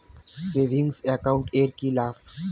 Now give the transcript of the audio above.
Savings account এর কি লাভ?